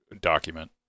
document